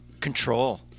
Control